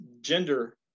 gender